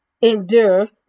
endure